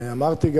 אמרתי,